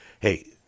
Hey